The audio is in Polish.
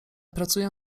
pracuję